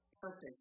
purpose